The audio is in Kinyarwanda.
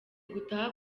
gutaha